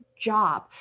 job